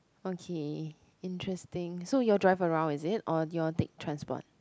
okay interesting so you all drive around isn't or you all take transport